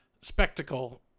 spectacle